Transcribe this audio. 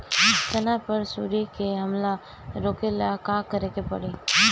चना पर सुंडी के हमला रोके ला का करे के परी?